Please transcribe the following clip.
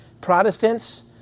Protestants